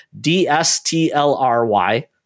D-S-T-L-R-Y